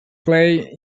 play